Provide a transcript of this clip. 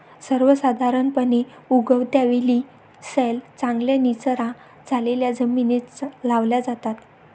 सर्वसाधारणपणे, उगवत्या वेली सैल, चांगल्या निचरा झालेल्या जमिनीत लावल्या जातात